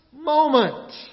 moment